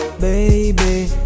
Baby